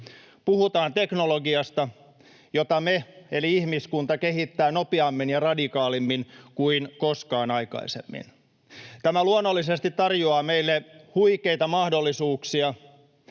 Puhutaan teknologiasta, jota me, eli ihmiskunta, kehitetään nopeammin ja radikaalimmin kuin koskaan aikaisemmin. Tämä luonnollisesti tarjoaa meille huikeita mahdollisuuksia,